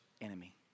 enemy